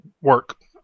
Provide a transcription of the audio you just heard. work